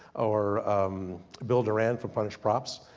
or bill doran from punished props,